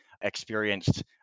experienced